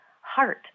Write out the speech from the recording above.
heart